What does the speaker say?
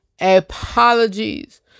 apologies